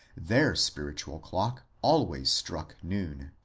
their spiritual clock always struck noon.